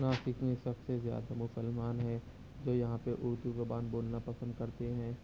ناسک میں سب سے زیادہ مسلمان ہیں جو یہاں پہ اردو زبان بولنا پسند کرتے ہیں